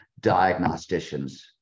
diagnosticians